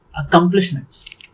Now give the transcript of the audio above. Accomplishments